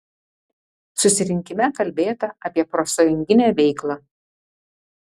susirinkime kalbėta apie profsąjunginę veiklą